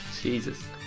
Jesus